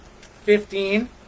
fifteen